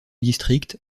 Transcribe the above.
district